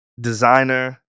Designer